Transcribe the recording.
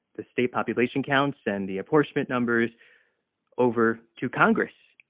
the state population counts and the apportionment numbers over to congress.